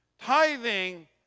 Tithing